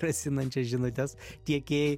grasinančias žinutes tiekėjai